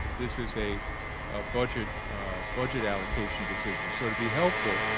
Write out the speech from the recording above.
this is a ah budget budget allocation decision. so to be helpful,